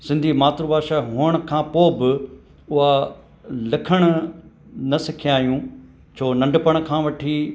सिंधी मातृ भाषा हुजण खां पोइ बि उहा लिखण न सिखिया आहियूं छो नंढपण खां वठी